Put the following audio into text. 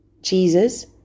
Jesus